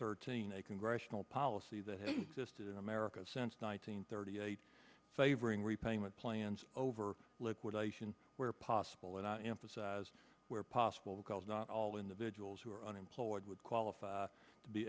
thirteen a congressional policy that he tested in america since nineteen thirty eight favoring repayment plans over liquidation where possible without emphasize where possible not all individuals who are unemployed would qualify to be